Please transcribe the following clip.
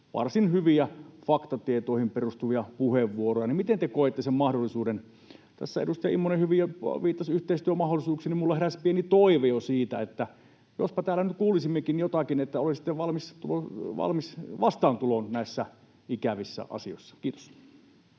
varsin hyviä, faktatietoihin perustuvia puheenvuoroja? Miten te koette sen mahdollisuuden? Kun tässä edustaja Immonen hyvin viittasi yhteistyömahdollisuuksiin, niin minulla heräsi pieni toive jo siitä, että jospa täällä nyt kuulisimmekin jotakin, että olisitte valmiit vastaantuloon näissä ikävissä asioissa. — Kiitos.